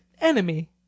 enemy